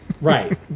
Right